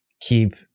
keep